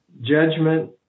judgment